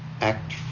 act